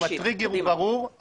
הטריגר ברור.